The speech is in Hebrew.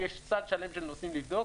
לנו יש צד שלם של נושאים לבדוק,